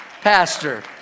pastor